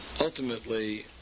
ultimately